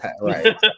Right